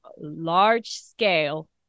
large-scale